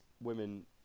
women